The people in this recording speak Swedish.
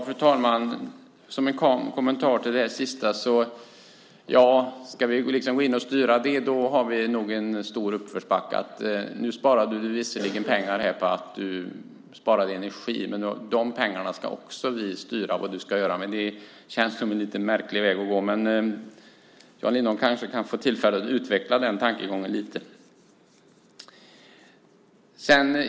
Fru talman! Som en kommentar till det här sista vill jag säga att om vi ska gå in och styra så, då har vi nog en stor uppförsbacke. Vi skulle i så fall säga: Ja, nu sparade du visserligen pengar här genom att spara energi, men de pengarna ska vi också styra vad du ska göra med. Det känns som en lite märklig väg att gå, men Jan Lindholm kanske kan få tillfälle att utveckla den tankegången lite.